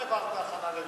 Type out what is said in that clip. היום העברת הכנה לראשונה.